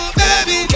baby